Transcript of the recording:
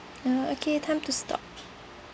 uh okay time to stop